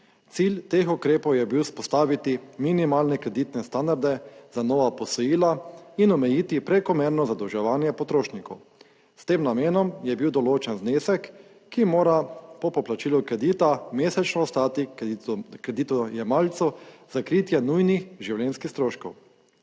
Cilj teh ukrepov je bil vzpostaviti minimalne kreditne standarde za nova posojila in omejiti prekomerno zadolževanje potrošnikov. S tem namenom je bil določen znesek, ki mora po poplačilu kredita mesečno ostati kreditojemalcu za kritje nujnih življenjskih stroškov.